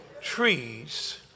Trees